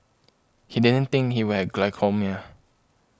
he didn't think he would have glaucoma